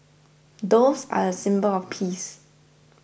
doves are a symbol of peace